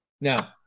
Now